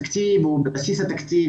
התקציב הוא בבסיס התקציב,